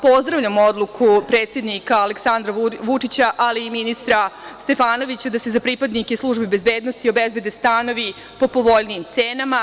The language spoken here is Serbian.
Pozdravljam odluku predsednika Aleksandra Vučića, ali i ministra Stefanovića da se za pripadnike službe bezbednosti obezbede stanovi po povoljnijim cenama.